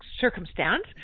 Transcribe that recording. circumstance